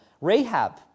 Rahab